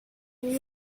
vous